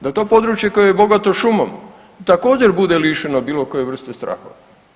Da to područje koje je bogato šumom također bude lišeno bilo koje vrste strahova.